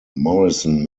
morrison